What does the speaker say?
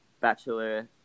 bachelor